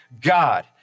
God